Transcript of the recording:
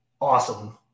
awesome